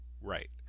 right